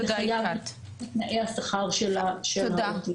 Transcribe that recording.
זה חייב להתבטא בתנאי השכר של העובדים.